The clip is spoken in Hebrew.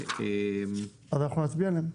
אנחנו נצביע עליהם.